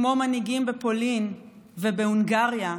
כמו מנהיגים בפולין ובהונגריה,